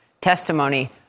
testimony